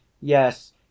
yes